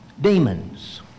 demons